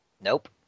Nope